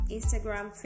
Instagram